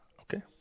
Okay